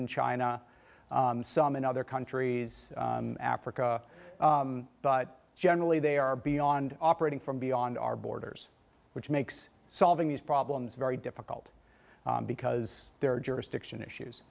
in china some in other countries africa but generally they are beyond operating from beyond our borders which makes solving these problems very difficult because their jurisdiction issues